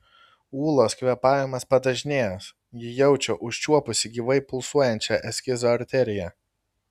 ūlos kvėpavimas padažnėjęs ji jaučia užčiuopusi gyvai pulsuojančią eskizo arteriją